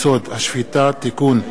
הצעת חוק-יסוד: השפיטה (תיקון,